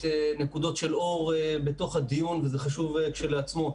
נקודות של אור בתוך הדיון וזה חשוב כשלעצמו.